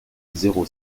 zéro